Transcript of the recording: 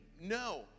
No